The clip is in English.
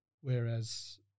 whereas